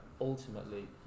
ultimately